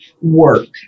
work